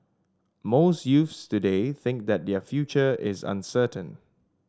most youths today think that their future is uncertain